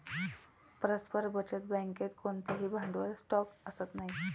परस्पर बचत बँकेत कोणतेही भांडवल स्टॉक असत नाही